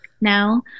now